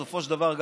בסופו של דבר,